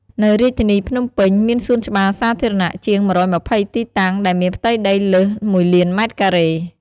នៅរាជធានីភ្នំពេញ មានសួនច្បារសាធារណៈជាង ១២០ ទីតាំង ដែលមានផ្ទៃដីលើស ១លានម៉ែត្រការ៉េ។